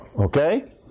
okay